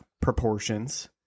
proportions